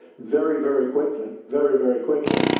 very very quickly, very, very quickly.